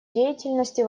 деятельности